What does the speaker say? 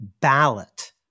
ballot